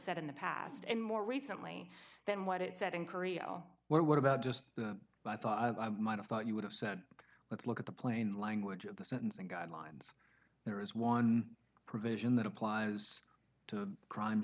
said in the past and more recently than what it said in korea where what about just what i thought i might have thought you would have said let's look at the plain language of the sentencing guidelines there is one provision that applies to crime